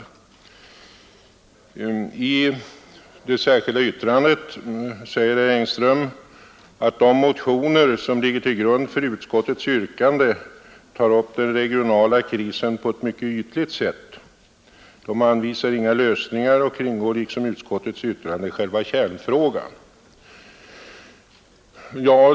stadstillväxten I det särskilda yttrandet säger herr Engström att de motioner som ligger till grund för utskottets yrkande tar upp den regionala krisen på ett mycket ytligt sätt. Det anvisar inga lösningar och kringgår liksom utskottets yttrande själva kärnfrågan.